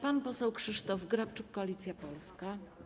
Pan poseł Krzysztof Grabczuk, Koalicja Polska.